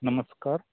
नमस्कार